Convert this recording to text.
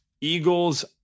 Eagles